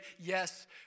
yes